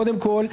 קודם כל,